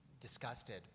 disgusted